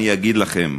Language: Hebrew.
אני אגיד לכן: